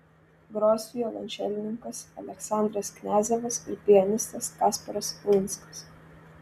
gros violončelininkas aleksandras kniazevas ir pianistas kasparas uinskas